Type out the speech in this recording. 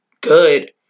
good